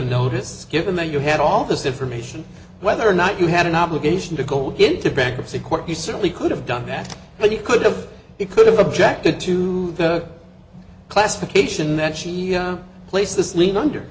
notice given that you had all this information whether or not you had an obligation to go into bankruptcy court you certainly could have done that but you could have it could have objected to the classification that she placed this lien under